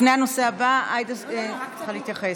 לפני הנושא הבא עאידה צריכה להתייחס.